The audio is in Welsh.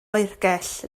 oergell